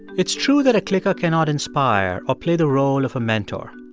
it's true that a clicker cannot inspire or play the role of a mentor.